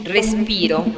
Respiro